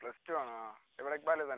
plus two ആണൊ ആ ഇവിടെ തന്നെ